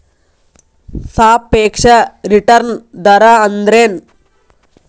ಸಾಪೇಕ್ಷ ರಿಟರ್ನ್ ದರ ಅಂದ್ರೆನ್